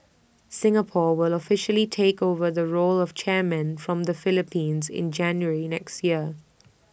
Singapore will officially take over the role of chairman from the Philippines in January next year